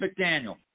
McDaniel